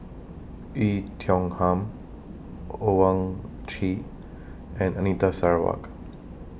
Oei Tiong Ham Owyang Chi and Anita Sarawak